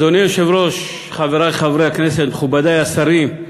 אדוני היושב-ראש, חברי חברי הכנסת, מכובדי השרים,